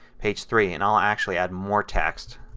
page three, and i'll actually add more text